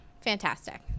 Fantastic